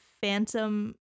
phantom